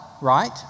right